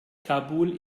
kabul